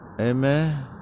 Amen